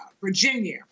Virginia